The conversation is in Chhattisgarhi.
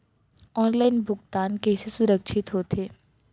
ऑनलाइन भुगतान हा कइसे सुरक्षित होथे?